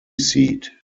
seat